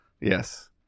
Yes